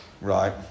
Right